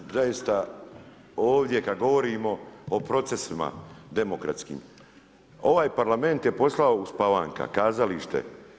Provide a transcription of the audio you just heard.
Zaista ovdje kada govorimo o procesima demokratskim, ovaj Parlament je postao uspavanka, kazalište.